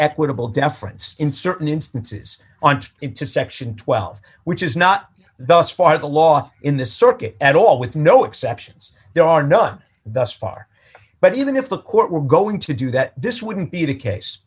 equitable deference in certain instances and it to section twelve which is not thus far the law in the circuit at all with no exceptions there are none thus far but even if the court were going to do that this wouldn't be the case